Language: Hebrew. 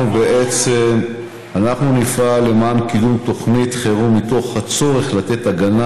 אנחנו בעצם נפעל למען קידום תוכנית חירום מתוך הצורך לתת הגנה